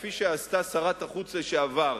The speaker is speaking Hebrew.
כפי שעשתה שרת החוץ לשעבר,